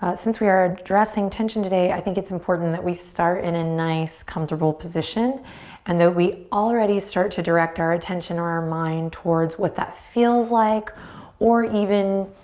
since we are addressing tension today i think it's important that we start in a nice comfortable position and that we already start to direct our attention or our mind towards what that feels like or even,